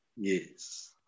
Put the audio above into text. Yes